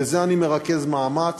בזה אני מרכז מאמץ.